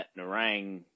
Narang